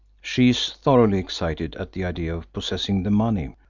she is thoroughly excited at the idea of possessing the money.